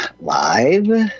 live